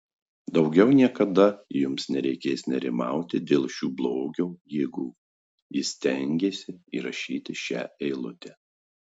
daugiau niekada jums nereikės nerimauti dėl šių blogio jėgų jis stengėsi įrašyti šią eilutę